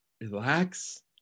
Relax